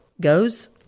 goes